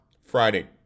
Friday